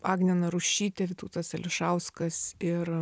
agnė narušytė vytautas ališauskas ir